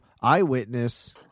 Eyewitness